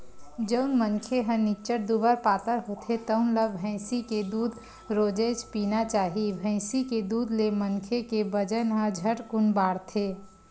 जउन मनखे ह निच्चट दुबर पातर होथे तउन ल भइसी के दूद रोजेच पीना चाही, भइसी के दूद ले मनखे के बजन ह झटकुन बाड़थे